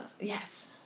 Yes